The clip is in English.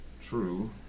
True